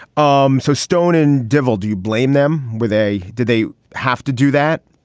um so stone and devil, do you blame them? were they did they have to do that?